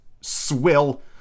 swill